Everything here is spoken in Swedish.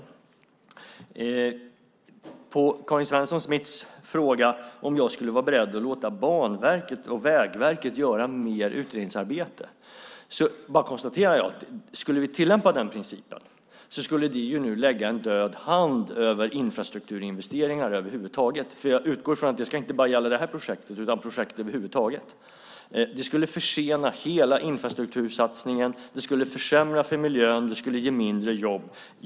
När det gäller Karin Svensson Smiths fråga om jag skulle vara beredd att låta Banverket och Vägverket göra mer utredningsarbete konstaterar jag bara att det, om vi skulle tillämpa den principen, nu skulle lägga en död hand över infrastrukturinvesteringar över huvud taget. För jag utgår från att det inte bara skulle gälla det här projektet utan projekt över huvud taget. Det skulle försena hela infrastruktursatsningen. Det skulle försämra för miljön. Det skulle ge mindre jobb.